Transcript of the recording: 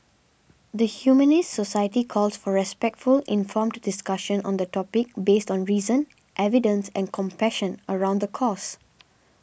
the Humanist Society calls for respectful informed discussion on the topic based on reason evidence and compassion around the cause